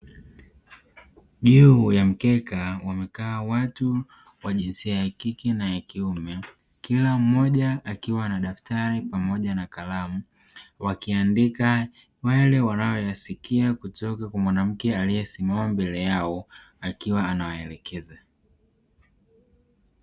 Juu ya mkeka wamekaa watu wa jinsia ya kike na ya kiume. Kila mmoja akiwa na daftari pamoja na kalamu wakiandika yale wanayoyasikia kutoka kwa mwanamke aliyesimama mbele yao akiwa anawaelekeza.